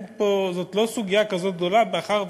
זאת לא סוגיה כזו גדולה, מאחר ששוב,